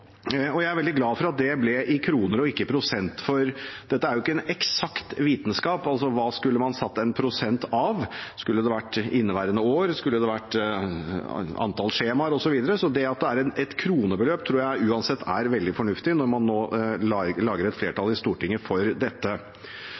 Jeg er veldig glad for at det ble i kroner og ikke i prosent, for dette er ikke en eksakt vitenskap. Av hva skulle man satt en prosent? Skulle det vært inneværende år, skulle det vært antall skjemaer, osv.? At det er et kronebeløp, tror jeg uansett er veldig fornuftig, når man nå danner et flertall i Stortinget for dette. Så synes jeg det er synd å lage et